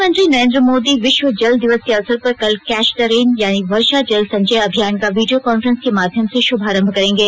प्रधानमंत्री नरेन्द्र मोदी विश्व जल दिवस के अवसर पर कल कैच द रेन यानी वर्षा जल संचय अभियान का वीडियो कॉन्फ्रेंस के माध्यम से शुभारंभ करेंगे